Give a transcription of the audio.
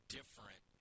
different